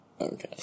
Okay